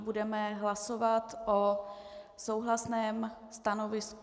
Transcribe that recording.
Budeme hlasovat o souhlasném stanovisku.